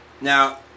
Now